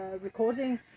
recording